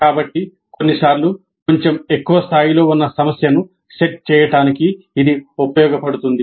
కాబట్టి కొన్నిసార్లు కొంచెం ఎక్కువ స్థాయిలో ఉన్న సమస్యను సెట్ చేయడానికి ఇది ఉపయోగపడుతుంది